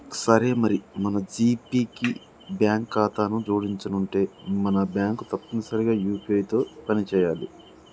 సరే మరి మన జీపే కి బ్యాంకు ఖాతాను జోడించనుంటే మన బ్యాంకు తప్పనిసరిగా యూ.పీ.ఐ తో పని చేయాలి